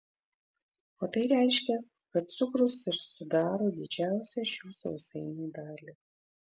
o tai reiškia kad cukrus ir sudaro didžiausią šių sausainių dalį